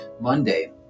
Monday